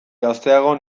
gazteago